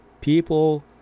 people